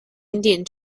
indian